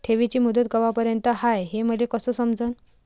ठेवीची मुदत कवापर्यंत हाय हे मले कस समजन?